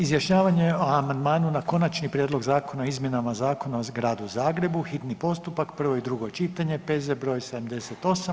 Izjašnjavanje o amandmanima na Konačni prijedlog zakona o izmjenama Zakona o Gradu Zagrebu, hitni postupak, prvo i drugo čitanje, P.Z. broj 78.